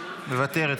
מוותרת,